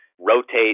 rotate